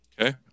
Okay